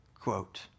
quote